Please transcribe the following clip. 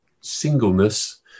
singleness